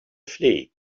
flee